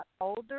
older